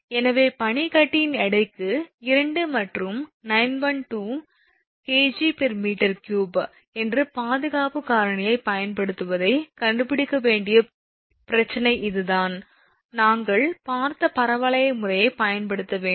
எனவே பனிக்கட்டியின் எடைக்கு 2 மற்றும் 912 𝐾𝑔𝑚3 என்ற பாதுகாப்பு காரணியைப் பயன்படுத்துவதை கண்டுபிடிக்க வேண்டிய பிரச்சனை இதுதான் நாங்கள் பார்த்த பரவளைய முறையைப் பயன்படுத்த வேண்டும்